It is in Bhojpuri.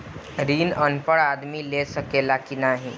ऋण अनपढ़ आदमी ले सके ला की नाहीं?